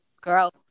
Girl